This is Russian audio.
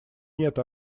нет